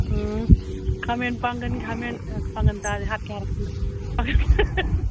ꯎꯝ ꯈꯥꯃꯦꯟ ꯄꯥꯡꯒꯜ ꯈꯥꯃꯦꯟ ꯄꯥꯡꯒꯜ ꯇꯥꯔꯗꯤ ꯍꯥꯠꯀꯦ ꯍꯥꯏꯔꯛꯇꯅ